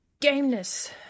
Gameness